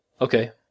Okay